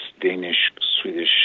Danish-Swedish